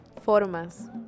Formas